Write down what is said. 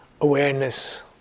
awareness